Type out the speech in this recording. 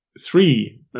three